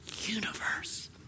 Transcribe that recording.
universe